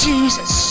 Jesus